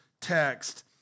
text